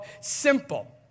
Simple